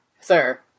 Sir